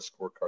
scorecard